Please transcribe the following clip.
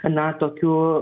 na tokiu